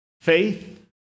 Faith